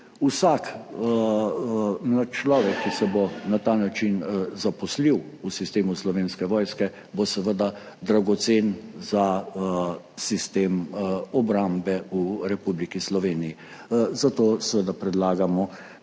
mlad človek, ki se bo na ta način zaposlil v sistemu Slovenske vojske, bo dragocen za sistem obrambe v Republiki Sloveniji. Zato predlagamo,